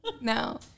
No